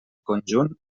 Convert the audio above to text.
conjunt